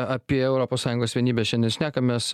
apie europos sąjungos vienybę šiandien šnekamės